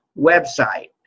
website